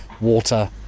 water